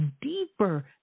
deeper